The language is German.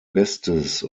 bestes